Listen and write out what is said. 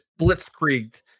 blitzkrieged